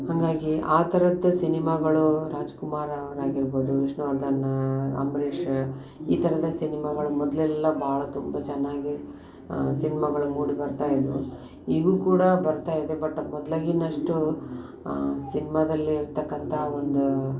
ಹಾಗಾಗಿ ಆ ಥರದ್ದು ಸಿನಿಮಾಗಳು ರಾಜ್ಕುಮಾರ್ ಅವ್ರು ಆಗಿರ್ಬೋದು ವಿಷ್ಣುವರ್ಧನ್ ಅಂಬರೀಷ್ ಈ ಥರದ ಸಿನಿಮಾಗಳು ಮೊದಲೆಲ್ಲ ಭಾಳ ತುಂಬ ಚೆನ್ನಾಗಿ ಸಿನ್ಮಗಳು ಮೂಡಿ ಬರ್ತಾಯಿದ್ದವು ಈಗ್ಲೂ ಕೂಡ ಬರ್ತಾಯಿದೆ ಬಟ್ ಮೊದ್ಲಾಗಿನಷ್ಟು ಸಿನ್ಮಾದಲ್ಲಿ ಇರತಕ್ಕಂಥ ಒಂದು